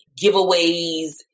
giveaways